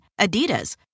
Adidas